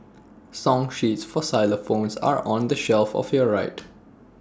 song sheets for xylophones are on the shelf of your right